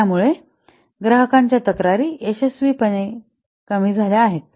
त्यामुळे ग्राहकांच्या तक्रारी यशस्वीपणे कमी झाल्या आहेत